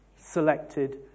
selected